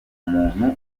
muntu